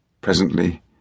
Presently